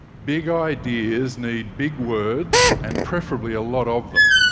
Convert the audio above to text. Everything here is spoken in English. big ideas need big words, and preferably a lot of them.